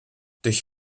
durch